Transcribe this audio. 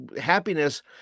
Happiness